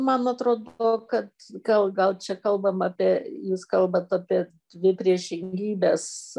man atrodo kad gal gal čia kalbam apie jūs kalbat apie dvi priešingybes